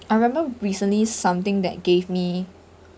I remember recently something that gave me